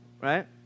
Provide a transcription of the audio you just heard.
right